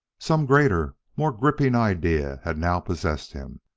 some greater, more gripping idea had now possessed him.